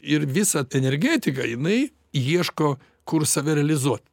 ir visa energetika jinai ieško kur save realizuot